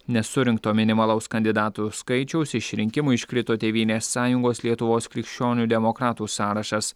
nesurinkto minimalaus kandidatų skaičiaus išrinkimui iškrito tėvynės sąjungos lietuvos krikščionių demokratų sąrašas